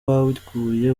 baguye